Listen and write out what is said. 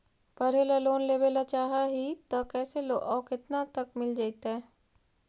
पढ़े ल लोन लेबे ल चाह ही त कैसे औ केतना तक मिल जितै?